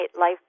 life